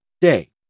day